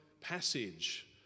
passage